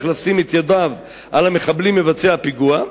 לשים את ידיו על "המחבלים מבצעי הפיגוע",